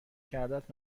کردت